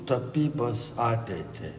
tapybos ateitį